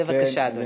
בבקשה, אדוני.